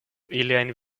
iliajn